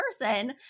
person